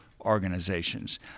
organizations